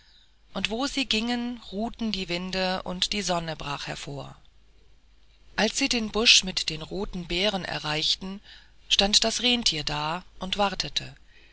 und wo sie gingen ruhten die winde und die sonne brach hervor als sie den busch mit den roten beeren erreichten stand das renntier da und wartete